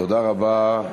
תודה רבה,